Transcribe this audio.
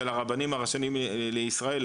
של הרבנים הראשיים לישראל,